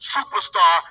Superstar